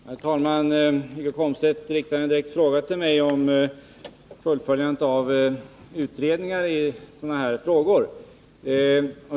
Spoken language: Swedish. Herr talman! Wiggo Komstedt riktar en direkt fråga till mig om fullföljandet av utredningar i sådana här frågor.